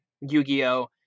Yu-Gi-Oh